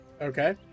Okay